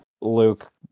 luke